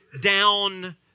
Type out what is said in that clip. Down